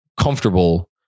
comfortable